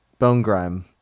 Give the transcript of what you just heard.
Bonegrime